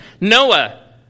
Noah